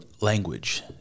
language